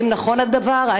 האם נכון הדבר?